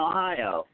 Ohio